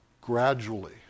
gradually